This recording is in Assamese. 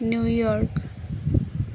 নিউয়ৰ্ক